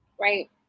right